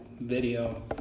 video